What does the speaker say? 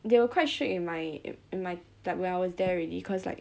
they were quite strict in my in my like when I was there already cause like